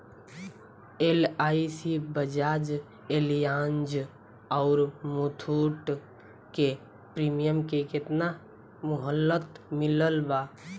LIC Bajaj Allianz आउर मुथूट के premium के केतना मुहलत मिलल बा?